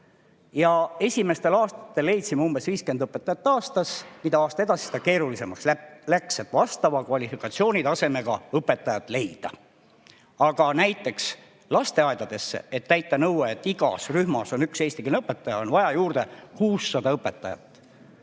Esimestel aastatel leidsime umbes 50 õpetajat aastas. Mida aasta edasi, seda keerulisemaks läks vastava kvalifikatsioonitasemega õpetajate leidmine. Aga näiteks lasteaedadesse, selleks et täita nõue, et igas rühmas on üks eesti keele õpetaja, on vaja juurde 600 õpetajat.